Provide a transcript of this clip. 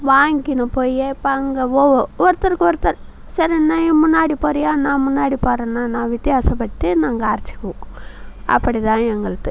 வாய்ங்கின்னு போகி இப்போ அங்கே ஒவ்வொ ஒருத்தருக்கொருத்தர் சரி நீ முன்னாடி போறியா நான் முன்னாடி போகிறேன்னா நான் வித்தியாசப்பட்டு நாங்கள் அரைச்சுக்குவோம் அப்படி தான் எங்கள்து